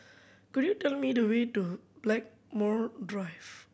could you tell me the way to Blackmore Drive